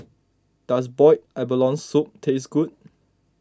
does Boiled Abalone Soup taste good